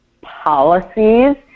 policies